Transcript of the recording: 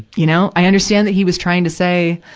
you know. i understand that he was trying to say,